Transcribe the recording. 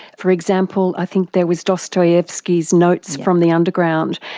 for example, i think there was dostoevsky's notes from the underground,